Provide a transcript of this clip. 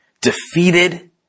defeated